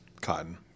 Cotton